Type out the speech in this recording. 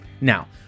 Now